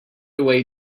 away